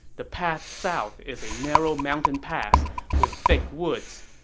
the path south is a narrow mountain pass with thick woods.